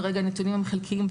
כרגע הנתונים הם חלקיים,